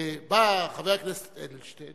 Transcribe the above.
בא חבר הכנסת אדלשטיין